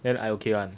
then I okay [one]